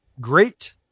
great